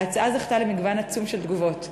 ההצעה זכתה למגוון עצום של תגובות.